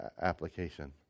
application